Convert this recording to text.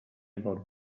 about